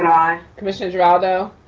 aye. commissioner geraldo.